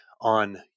on